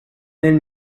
nel